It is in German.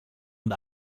und